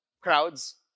crowds